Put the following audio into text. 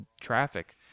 traffic